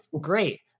great